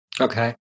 Okay